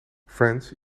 friends